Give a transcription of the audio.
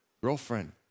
girlfriend